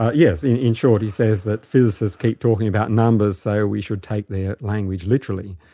ah yes, in short he says that physicists keep talking about numbers so we should take their language literally.